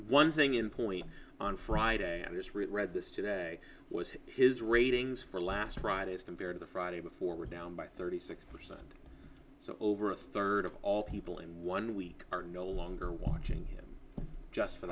one thing in point on friday at its root read this today was his ratings for last friday's compared to the friday before were down by thirty six percent so over a third of all people in one week are no longer watching him just for